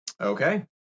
Okay